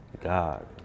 God